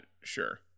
sure